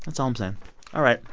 that's all i'm saying. all right.